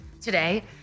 today